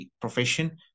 profession